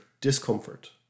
discomfort